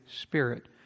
Spirit